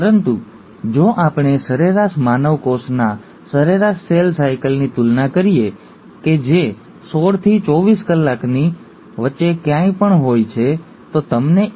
પરંતુ જો આપણે સરેરાશ માનવ કોષના સરેરાશ સેલ સાયકલની તુલના કરીએ કે જે સોળથી ચોવીસ કલાકની વચ્ચે ક્યાંય પણ હોય છે તો તમને ઇ